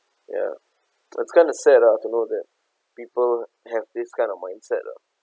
ya that's kind of sad ah to know that people have this kind of mindset lah